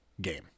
game